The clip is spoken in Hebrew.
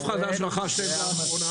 איזה מנוף חדש רכשתם לאחרונה?